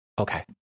Okay